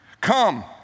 Come